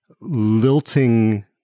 lilting